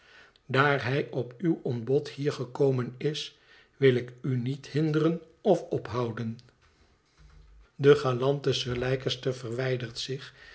daar hij op uw ontbod hier gekomen is wil ik u niet hinderen of ophouden de galante sir leicester verwijdert zich